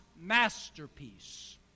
masterpiece